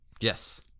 Yes